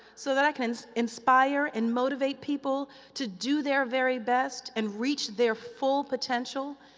so that i can inspire and motivate people to do their very best and reach their full potential,